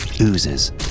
oozes